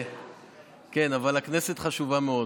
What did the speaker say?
אבל הכנסת חשובה מאוד,